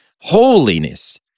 Holiness